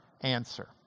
answer